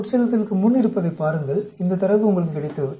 உட்செலுத்தலுக்கு முன் இருப்பதைப் பாருங்கள் இந்த தரவு உங்களுக்கு கிடைத்தது